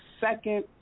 second